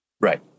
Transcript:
right